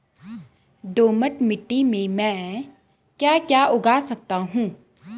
दोमट मिट्टी में म ैं क्या क्या उगा सकता हूँ?